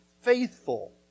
faithful